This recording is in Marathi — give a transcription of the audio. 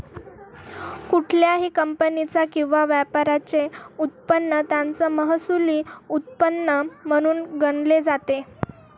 कुठल्याही कंपनीचा किंवा व्यापाराचे उत्पन्न त्याचं महसुली उत्पन्न म्हणून गणले जाते